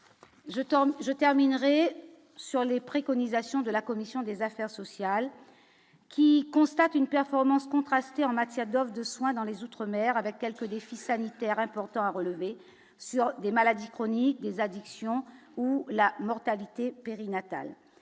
je terminerai sur les préconisations de la commission des affaires sociales qui constate une performance contrastée en matière doivent de soins dans les outre-mer avec quelques défis sanitaires importants à relever sur des maladies chroniques des addictions où la mortalité périnatale